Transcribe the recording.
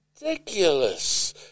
ridiculous